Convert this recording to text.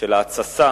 של ההתססה